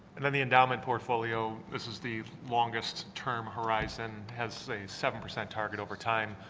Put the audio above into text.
and and the endowment portfolio, this is the longest term horizon has a seven percent target over time.